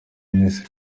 miss